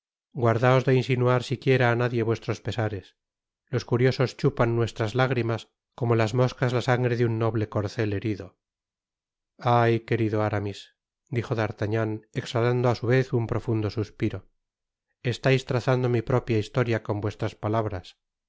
guardaos de insinuar siquiera á nadie vuestros pesares los curiosos chupan nuestras lágrimas como las moscas la sangre de un noble corcel herido ay querido aramis i dijo dartagnan exhatando á su vez un profundo suspiro estais trazando mi propia historia con vuestras palabras